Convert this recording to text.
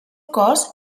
cos